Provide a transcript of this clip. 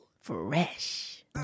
Fresh